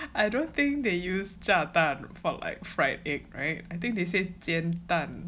I don't think they use 炸蛋 for like fried egg [right] I think they say 煎蛋